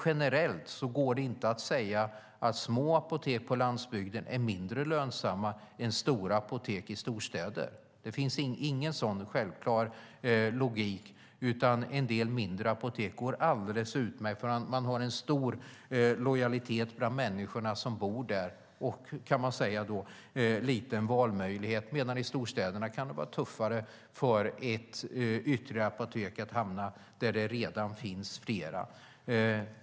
Generellt går det dock inte att säga att små apotek på landsbygden är mindre lönsamma än stora apotek i storstäder. Det finns ingen sådan självklar logik, utan en del mindre apotek går alldeles utmärkt. Det finns en stor lojalitet bland ortsborna och liten valmöjlighet. Att i en storstad starta ytterligare ett apotek där det redan finns flera kan vara tuffare.